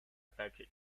patrick